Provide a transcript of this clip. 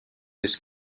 this